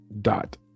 dot